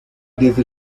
desde